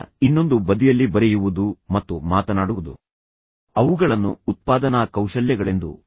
ಈಗ ಇನ್ನೊಂದು ಬದಿಯಲ್ಲಿ ಬರೆಯುವುದು ಮತ್ತು ಮಾತನಾಡುವುದು ಅವುಗಳನ್ನು ಉತ್ಪಾದನಾ ಕೌಶಲ್ಯಗಳೆಂದು ಪರಿಗಣಿಸಲಾಗುತ್ತದೆ